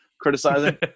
criticizing